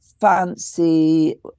fancy